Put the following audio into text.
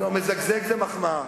מזגזג זה מחמאה.